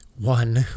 one